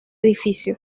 edificio